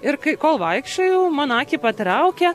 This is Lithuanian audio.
ir kai kol vaikščiojau mano akį patraukia